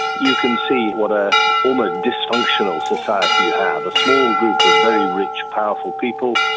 you can see what ah um a dysfunctional society you have a small group of very rich, powerful people,